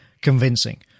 convincing